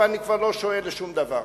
ואני כבר לא שועה לשום דבר,